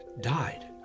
died